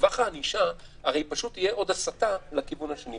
טווח הענישה, פשוט תהיה עוד הסטה לכיוון השני.